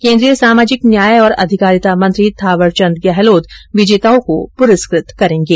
केंद्रीय सामाजिक न्याय और अधिकारिता मंत्री थावर चंद गहलोत विजेताओं को पुरस्कृत करेंगे